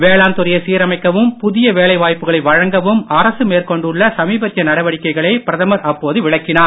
வேளாண் துறையை சீரமைக்கவும் புதிய வேலை வாய்ப்புகளை வழங்கவும் அரசு மேற்கொண்டுள்ள சமீபத்திய நடவடிக்கைகளை பிரதமர் அப்போது விளக்கினார்